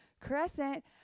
crescent